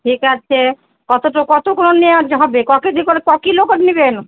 ঠিক আছে কতটু কত করে নেওয়া হবে ক কেজি করে ক কিলো করে নিবেন